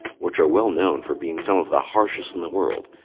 which are well-known for being some of the harshest in the world,